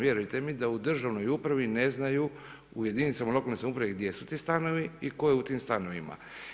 Vjerujte mi da u državnoj upravi ne znaju u jedinicama lokalne samoupravi gdje su ti stanovi i tko je u tim stanovima.